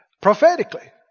prophetically